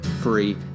free